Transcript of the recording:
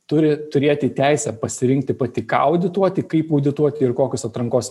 turi turėti teisę pasirinkti pati ką audituoti kaip audituoti ir kokius atrankos